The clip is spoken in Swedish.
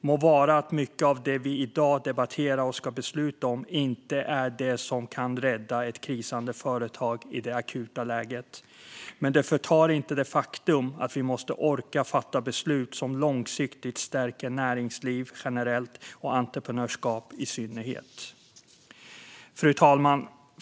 Må vara att mycket av det vi i dag debatterar och ska besluta om inte är det som kan rädda ett krisande företag i det akuta skedet, men det förtar inte det faktum att vi måste orka fatta beslut som långsiktigt stärker näringsliv generellt och entreprenörskap i synnerhet. Fru talman!